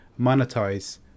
monetize